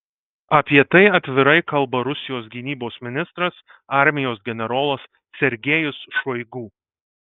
apie tai atvirai kalba rusijos gynybos ministras armijos generolas sergejus šoigu